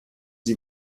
sie